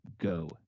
go